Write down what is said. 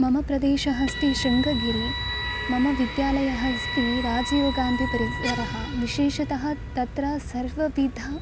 मम प्रदेशः अस्ति श्रुङ्गगिरिः मम विद्यालयः अस्ति राजीवगान्धिपरिसरः विशेषतः तत्र सर्वविधः